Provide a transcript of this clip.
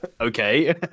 okay